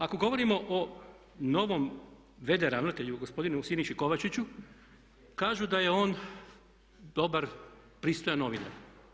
Ako govorimo o novom v.d. ravnatelju gospodinu Siniši Kovačiću kažu da je on dobar, pristojan novinar.